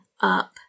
up